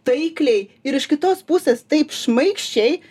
taikliai ir iš kitos pusės taip šmaikščiai